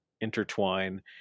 intertwine